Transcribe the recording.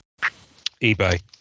eBay